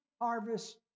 harvest